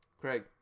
Craig